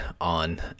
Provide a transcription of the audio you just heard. on